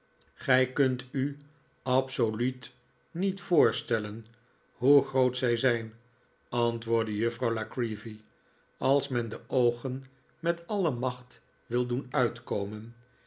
gij kunt u absoluut niet voorstellen hoe groot zij zijn antwoprdde juffrouw la creevy als men de oogen met alle macht wil doen uitkomen